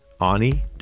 Ani